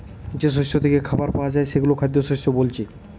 যেই শস্য থিকে খাবার পায়া যায় সেগুলো খাদ্যশস্য বোলছে